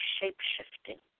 shape-shifting